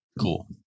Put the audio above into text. Cool